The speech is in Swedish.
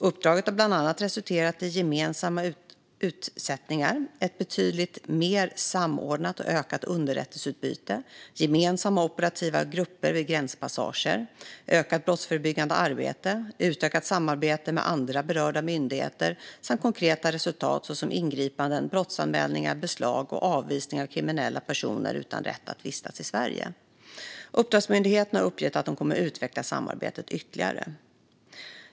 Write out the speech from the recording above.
Uppdraget har bland annat resulterat i gemensamma utsättningar, ett betydligt mer samordnat och ökat underrättelseutbyte, gemensamma operativa grupper vid gränspassager, ökat brottsförebyggande arbete, utökat samarbete med andra berörda myndigheter samt konkreta resultat såsom ingripanden, brottsanmälningar, beslag och avvisning av kriminella personer utan rätt att vistas i Sverige. Uppdragsmyndigheterna har uppgett att de kommer att utveckla samarbetet ytterligare.